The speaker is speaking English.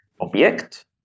object